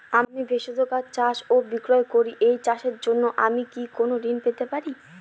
আমি ভেষজ গাছ চাষ ও বিক্রয় করি এই চাষের জন্য আমি কি কোন ঋণ পেতে পারি?